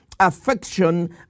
affection